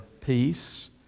peace